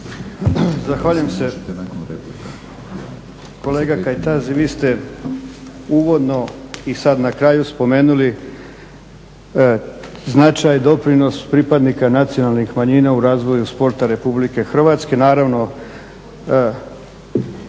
Zahvaljujem se. Kolega Kajtazi vi ste uvodno i sada na kraju spomenuli značaj, doprinos pripadnika nacionalnih manjina u razvoju sporta Republike Hrvatske.